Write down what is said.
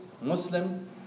Muslim